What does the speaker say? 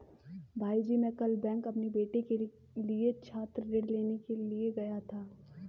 भाईजी मैं कल बैंक अपनी बेटी के लिए छात्र ऋण लेने के लिए गया था